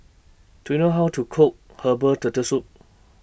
Do YOU know How to Cook Herbal Turtle Soup